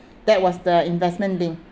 that was the investment linked